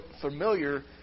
familiar